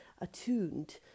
attuned